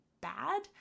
bad